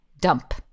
dump